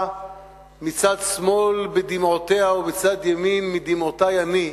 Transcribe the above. מצד שמאל בדמעותיה ובצד ימין בדמעותי אני,